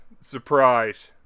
surprise